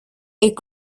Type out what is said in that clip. est